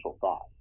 thought